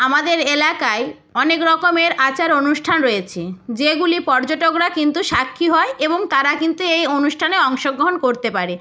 আমাদের এলাকায় অনেক রকমের আচার অনুষ্ঠান রয়েছে যেগুলি পর্যটকরা কিন্তু সাক্ষী হয় এবং তারা কিন্তু এই অনুষ্ঠানে অংশগ্রহণ করতে পারে